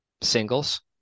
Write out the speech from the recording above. singles